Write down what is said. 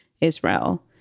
israel